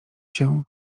się